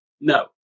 no